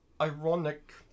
ironic